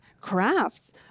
crafts